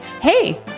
Hey